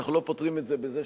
אנחנו לא פותרים את זה בזה,